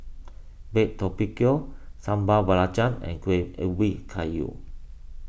Baked Tapioca Sambal Belacan and Kueh Ubi Kayu